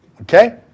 Okay